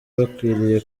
bakwiriye